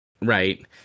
right